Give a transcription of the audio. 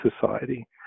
society